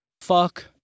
Fuck